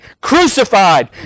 crucified